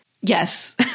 Yes